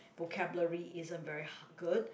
vocabulary isn't very ha~ good